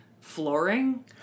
flooring